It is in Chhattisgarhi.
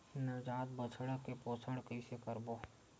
नवजात बछड़ा के पोषण कइसे करबो?